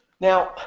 Now